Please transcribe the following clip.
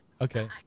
Okay